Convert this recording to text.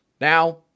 Now